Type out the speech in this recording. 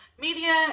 media